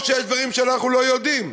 או שיש דברים שאנחנו לא יודעים.